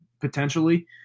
potentially